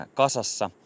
kasassa